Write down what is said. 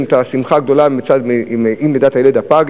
יש להם את השמחה הגדולה עם לידת הילד הפג,